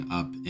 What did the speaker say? up